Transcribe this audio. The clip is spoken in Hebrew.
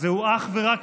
שזהו אך ורק